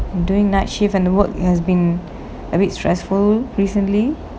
and doing night shift and the work has been a bit stressful recently